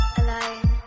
alone